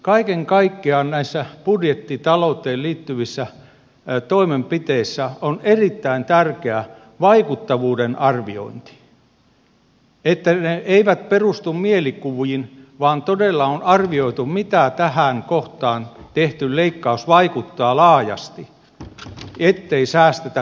kaiken kaikkiaan näissä budjettitalouteen liittyvissä toimenpiteissä on vaikuttavuuden arviointi erittäin tärkeää että ne eivät perustu mielikuviin vaan todella on arvioitu miten tähän kohtaan tehty leikkaus vaikuttaa laajasti ettei säästetä kustannusvaikutuksista piittaamatta